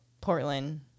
Portland